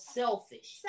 selfish